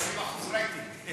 זה 20% רייטינג.